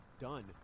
done